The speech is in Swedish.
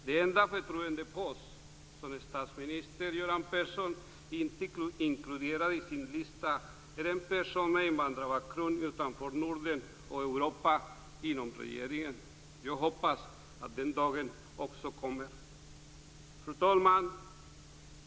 Den enda förtroendepost som statsminister Göran Person inte gett personer med invandrarbakgrund utanför Norden och Europa är som statsråd i regeringen. Jag hoppas att den dagen också kommer. Fru talman!